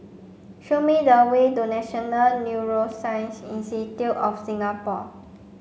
show me the way to National Neuroscience Institute of Singapore